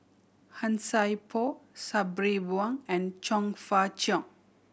Han Sai Por Sabri Buang and Chong Fah Cheong